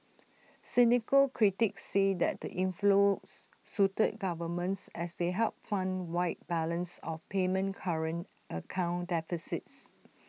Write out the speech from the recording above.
cynical critics say that the inflows suited governments as they helped fund wide balance of payment current account deficits